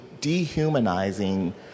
dehumanizing